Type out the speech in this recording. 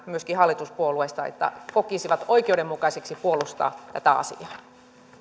myöskin hallituspuolueista että kokisivat oikeudenmukaiseksi puolustaa tätä asiaa